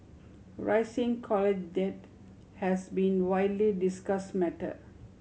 rising college debt has been widely discuss matter